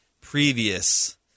previous